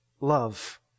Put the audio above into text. love